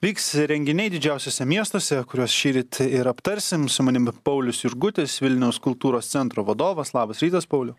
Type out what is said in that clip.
vyks renginiai didžiausiuose miestuose kuriuos šįryt ir aptarsim su manimi paulius jurgutis vilniaus kultūros centro vadovas labas rytas pauliau